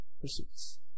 pursuits